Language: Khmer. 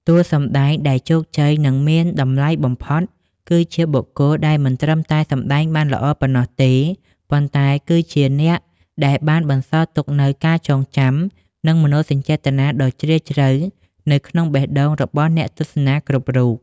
តួសម្ដែងដែលជោគជ័យ និងមានតម្លៃបំផុត គឺជាបុគ្គលដែលមិនត្រឹមតែសម្ដែងបានល្អប៉ុណ្ណោះទេ ប៉ុន្តែគឺជាអ្នកដែលបានបន្សល់ទុកនូវការចងចាំ និងមនោសញ្ចេតនាដ៏ជ្រាលជ្រៅនៅក្នុងបេះដូងរបស់អ្នកទស្សនាគ្រប់រូប។